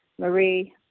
Marie